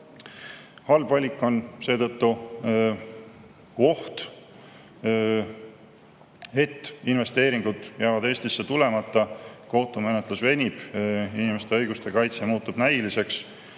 Halb valik on seetõttu oht, et investeeringud jäävad Eestisse tulemata, kohtumenetlus venib, inimeste õiguste kaitse muutub näiliseks,